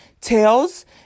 tails